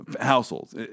households